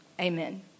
Amen